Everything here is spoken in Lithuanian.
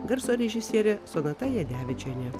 garso režisierė sonata jadevičienė